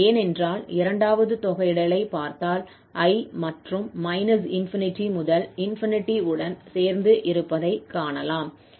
ஏனென்றால் இரண்டாவது தொகையிடலைப் பார்த்தால் i மற்றும் −∞ முதல் ∞ உடன் சேர்ந்து இருப்பதை காணலாம்